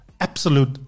absolute